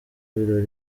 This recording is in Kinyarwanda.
birori